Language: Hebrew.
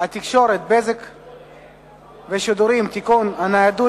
חברת הכנסת איציק הצביעה נגד.